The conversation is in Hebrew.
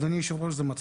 זה מצחיק.